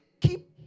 keep